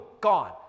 Gone